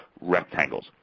rectangles